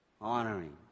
Honoring